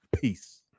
Peace